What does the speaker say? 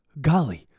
golly